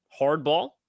hardball